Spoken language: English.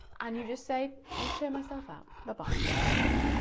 and you just say, i'll show myself out. bye-bye, thank you, everyone.